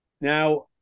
Now